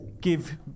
give